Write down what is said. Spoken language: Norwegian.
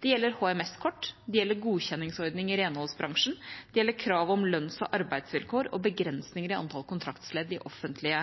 Det gjelder HMS-kort, det gjelder godkjenningsordning i renholdsbransjen, det gjelder krav om lønns- og arbeidsvilkår og begrensninger i antall kontraktsledd i offentlige